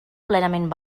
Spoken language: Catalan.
plenament